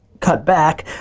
cut back